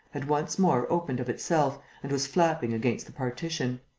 had once more opened of itself and was flapping against the partition.